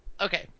Okay